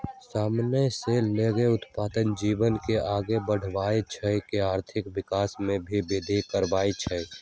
समान से लोग अप्पन जीवन के आगे बढ़वई छई आ आर्थिक विकास में भी विर्धि करई छई